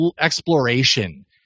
exploration